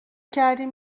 کردیم